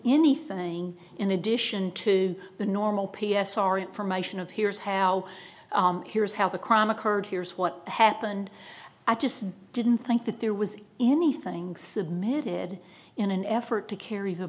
anything in addition to the normal p s r information of here's how here's how the crime occurred here's what happened i just didn't think that there was anything submitted in an effort to carr